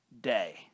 day